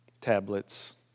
tablets